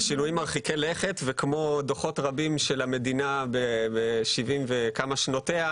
מרחיקי לכת וכמו דוחות רבים של המדינה ב-74 שנותיה,